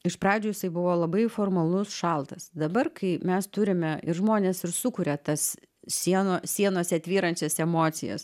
iš pradžių isai buvo labai formalus šaltas dabar kai mes turime ir žmonės ir sukuria tas sieno sienose tvyrančias emocijas